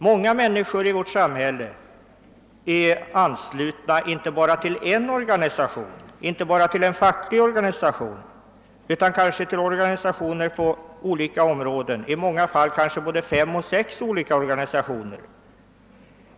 Många människor i vårt samhälle är anslutna inte bara till en organisation och inte bara till en facklig organisation, utan till många organisationer på skilda områden — kanske till både fem och sex olika organisationer.